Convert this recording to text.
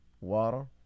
water